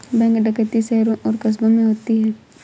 bank डकैती शहरों और कस्बों में होती है